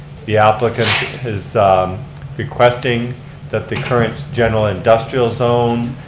the applicant has requesting that the current general industrial zone